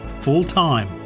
full-time